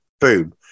boom